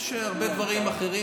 תישאר פה, אדוני השר.